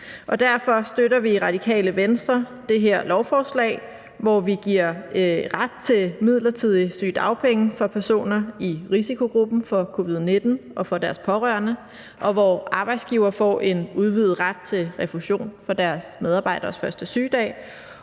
Derfor støtter vi i Radikale Venstre det her lovforslag, hvor vi giver ret til midlertidige sygedagpenge for personer i risikogruppen for covid-19 og for deres pårørende, og hvor arbejdsgivere får en udvidet ret til refusion fra deres medarbejderes første sygedag,